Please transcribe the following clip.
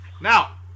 Now